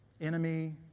enemy